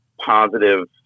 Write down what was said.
positive